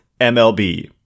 MLB